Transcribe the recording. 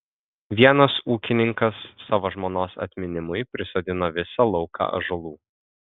vienas ūkininkas savo žmonos atminimui prisodino visą lauką ąžuolų